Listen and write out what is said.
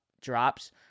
drops